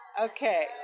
Okay